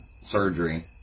surgery